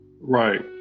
Right